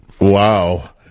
Wow